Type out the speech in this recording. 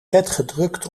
vetgedrukt